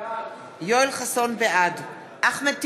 בעד אחמד טיבי,